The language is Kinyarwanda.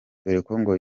ngo